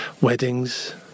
weddings